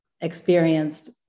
experienced